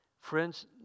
Friends